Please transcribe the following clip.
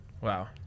Wow